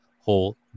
whole